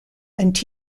and